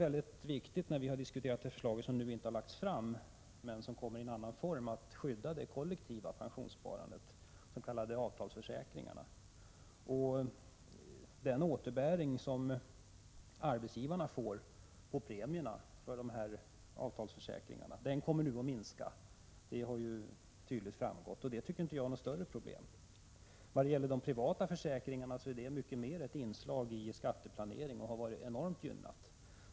När vi har diskuterat det förslag som nu inte har lagts fram, men som i stället kommer i annan form, har det för oss varit viktigt att skydda det kollektiva pensionssparandet, de s.k. avtalsförsäkringarna. Den återbäring som arbetsgivarna får på premierna för avtalsförsäkringarna kommer nu att minska. Det har framgått tydligt, och det tycker jag inte är något större problem. De privata försäkringarna är mycket mer ett inslag i skatteplanering och har varit enormt gynnade.